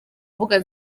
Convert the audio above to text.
mbuga